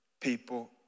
people